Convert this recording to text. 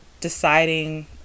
deciding